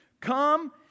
Come